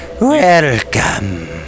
Welcome